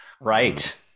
Right